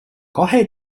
kahe